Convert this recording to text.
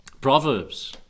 Proverbs